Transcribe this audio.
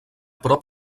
prop